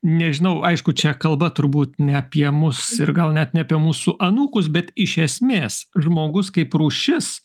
nežinau aišku čia kalba turbūt ne apie mus ir gal net ne apie mūsų anūkus bet iš esmės žmogus kaip rūšis